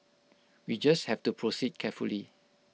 we just have to proceed carefully